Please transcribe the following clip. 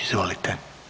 Izvolite.